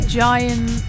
giant